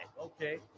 Okay